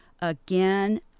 Again